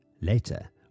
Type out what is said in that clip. Later